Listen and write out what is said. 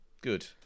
Good